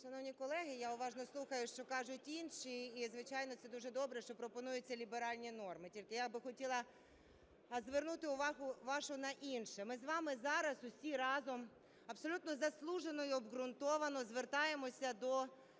Шановні колеги, я уважно слухаю, що кажуть інші. І, звичайно, це дуже добре, що пропонуються ліберальні норми. Тільки я би хотіла звернути увагу вашу на інше. Ми з вами зараз усі разом абсолютно заслужено і обґрунтовано звертаємося до